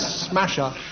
Smasher